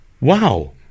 Wow